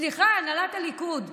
סליחה, הנהלת הליכוד.